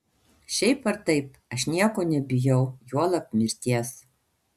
šiaip ar taip aš nieko nebijau juolab mirties